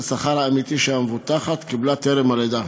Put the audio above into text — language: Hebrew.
השכר האמיתי שהמבוטחת קיבלה טרם הלידה.